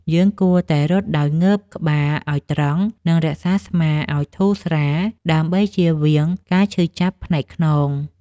យើងគួរតែរត់ដោយងើបក្បាលឱ្យត្រង់ និងរក្សាស្មាឱ្យធូរស្រាល ដើម្បីជៀសវាងការឈឺចាប់ផ្នែកខ្នង។